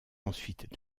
ensuite